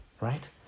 right